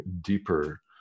deeper